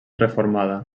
reformada